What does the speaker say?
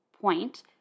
point